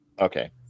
okay